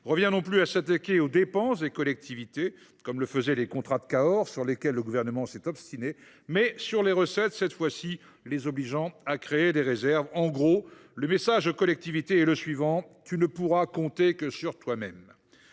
revient à s’attaquer non plus aux dépenses des collectivités, comme le faisaient les contrats de Cahors, sur lesquels le Gouvernement s’est obstiné, mais aux recettes cette fois ci, les obligeant à créer des réserves. En gros, le message aux collectivités est le suivant :« Tu ne pourras compter que sur toi même !